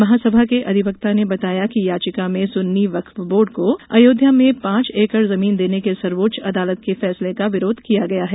महासभा के अधिवक्ता ने बताया कि याचिका में सुन्नी वक्फ बोर्ड को अयोध्या में पांच एकड़ जमीन देने के सर्वोच्च अदालत के फैसले का विरोध किया गया है